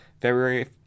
February